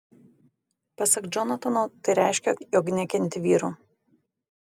pasak džonatano tai reiškia jog nekenti vyrų